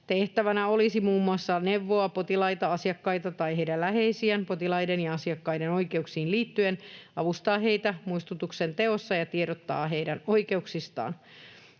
Tehtävänä olisi muun muassa neuvoa potilaita, asiakkaita tai heidän läheisiään potilaiden ja asiakkaiden oikeuksiin liittyen, avustaa heitä muistutuksen teossa ja tiedottaa heidän oikeuksistaan.